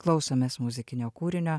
klausomės muzikinio kūrinio